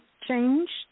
changed